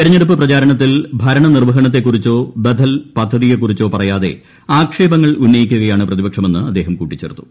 തെരഞ്ഞെടുപ്പ് പ്രചാരണത്തിൽ ഭരണനിർപ്പ്ഹണത്തെ കുറിച്ചോ ബദൽ പദ്ധതിയെ കുറിച്ചോ പറയാതെ ആക്ഷേപങ്ങൾ ഉന്നയിക്കുകയാണ് പ്രതിപക്ഷമെന്ന് അദ്ദേഹം കൂട്ടിച്ചേർത്തു